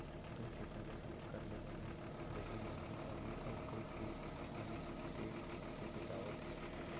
दूद के संगे संग एकर ले बने दही, मही, पनीर, अउ कई चीज मन पेक होके बेचावत हें